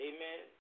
Amen